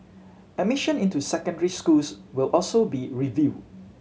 admission into secondary schools will also be reviewed